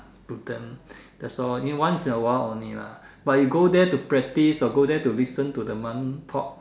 to them that's all just in a while only lah but you go there to practice or go there to listen to the monk talk